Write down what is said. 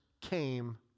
came